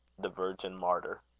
the virgin martyr.